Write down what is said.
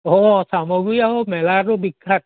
অঁ চামগুৰি আৰু মেলাতো বিখ্যাত